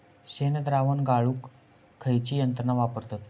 शेणद्रावण गाळूक खयची यंत्रणा वापरतत?